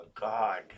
god